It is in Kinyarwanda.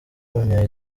w’umunya